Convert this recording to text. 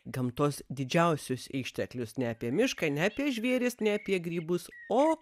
gamtos didžiausius išteklius ne apie mišką ne apie žvėris ne apie grybus o